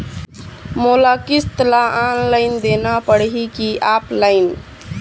मोला किस्त ला ऑनलाइन देना पड़ही की ऑफलाइन?